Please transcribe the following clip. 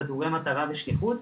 חדורי מטרה ושליחות,